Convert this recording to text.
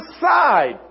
side